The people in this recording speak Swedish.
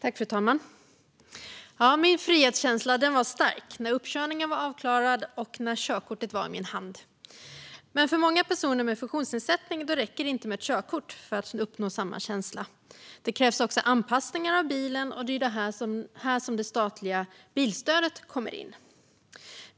Fru talman! Min frihetskänsla var stark när uppkörningen var avklarad och när körkortet var i min hand. Men för många personer med funktionsnedsättning räcker det inte med ett körkort för att uppnå samma känsla. Det krävs också anpassningar av bilen, och det är här som det statliga bilstödet kommer in.